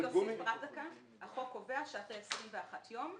אני רק אוסיף ואומר שהחוק קובע שעד 21 ימים,